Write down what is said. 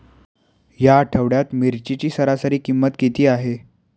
या आठवड्यात मिरचीची सरासरी किंमत किती आहे?